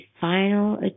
final